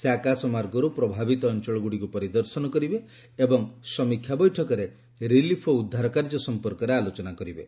ସେ ଆକାଶମାର୍ଗରୁ ପ୍ରଭାବିତ ଅଞ୍ଚଳଗୁଡ଼ିକୁ ପରିଦର୍ଶନ କରିବେ ଏବଂ ସମୀକ୍ଷା ବୈଠକରେ ରିଲିଫ୍ ଓ ଉଦ୍ଧାର କାର୍ଯ୍ୟ ସମ୍ପର୍କରେ ଆଲୋଚନା କରିବେ